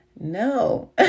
no